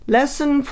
Lesson